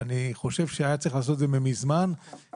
אני חושב שהיה צריך לעשות את זה מזמן אבל